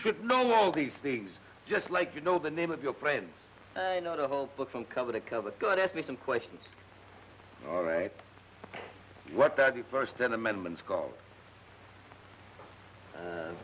should know all these things just like you know the name of your friends you know the whole book from cover to cover got ask me some questions all right what are the first ten amendments called